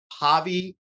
Javi